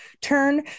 turn